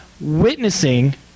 witnessing